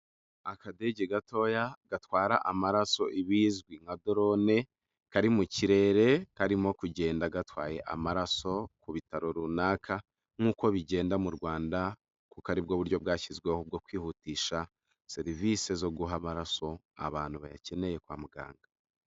Akadege gatoya gatwara amaraso ibizwi nka dorone kari mu kirere karimo kugenda gatwaye amaraso ku bitaro runaka nk'uko bigenda mu Rwanda kuko ari bwo buryo bwashyizweho bwo kwihutisha serivisi zo guha amaraso abantu bayakeneye kwa muganga.